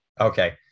Okay